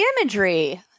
imagery